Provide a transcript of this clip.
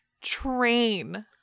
train